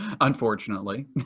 unfortunately